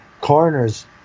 Coroner's